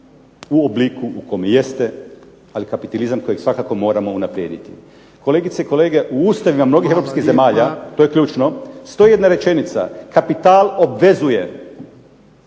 u obliku u kome jeste ali kapitalizam kojeg svakako moramo unaprijediti. Kolegice i kolege, u ustavima mnogih Europskih zemalja, to je ključno, stoji jedna rečenica kapital obvezuje